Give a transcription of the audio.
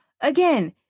again